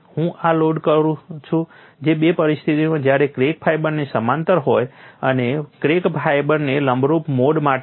હું આ લોડ કરું છું જે બે પરિસ્થિતિમાં જ્યારે ક્રેક ફાઇબરને સમાંતર હોય અને ક્રેક ફાઇબરને લંબરૂપ મોડ માટે છે